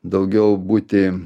daugiau būti